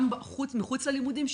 גם מחוץ ללימודים,